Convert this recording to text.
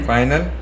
Final